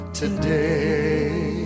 today